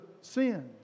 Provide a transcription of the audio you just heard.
sin